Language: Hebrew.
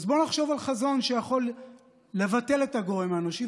אז בואו נחשוב על חזון שיכול לבטל את הגורם האנושי,